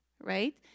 right